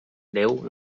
déu